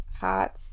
hot